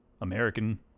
American